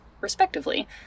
respectively